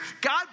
God